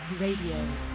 RADIO